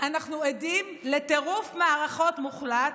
אנחנו עדים לטירוף מערכות מוחלט,